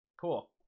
cool